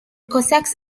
cossacks